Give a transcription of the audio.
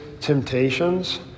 temptations